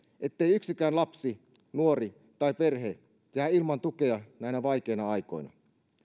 ettei yksikään lapsi nuori tai perhe jää ilman tukea näinä vaikeina aikoina